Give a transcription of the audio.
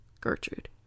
Gertrude